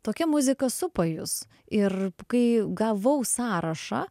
tokia muzika supa jus ir kai gavau sąrašą